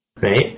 right